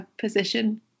position